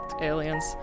Aliens